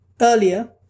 earlier